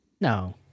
No